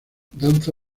danza